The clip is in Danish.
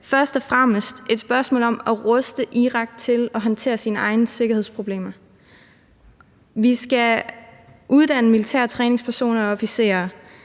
først og fremmest et spørgsmål om at ruste Irak til at håndtere sine egne sikkerhedsproblemer. Vi skal uddanne militære træningspersoner og officerer,